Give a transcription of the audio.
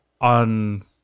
on